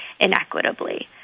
inequitably